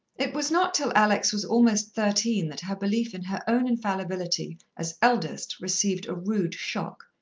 it was not till alex was almost thirteen that her belief in her own infallibility as eldest received a rude shock.